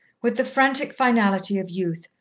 with the frantic finality of youth,